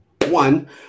one